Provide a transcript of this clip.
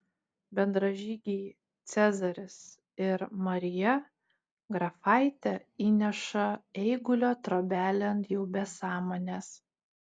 bendražygiai cezaris ir marija grafaitę įneša eigulio trobelėn jau be sąmonės